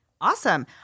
Awesome